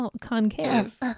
concave